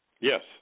Yes